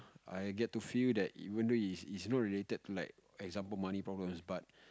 I get to feel that even though it it's not related to like example money problems but